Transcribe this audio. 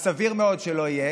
וסביר מאוד שלא יהיה.